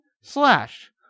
slash